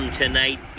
tonight